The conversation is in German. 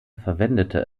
verwendete